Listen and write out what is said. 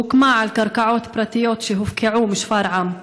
שהוקמה על קרקעות פרטיות שהופקעו משפרעם.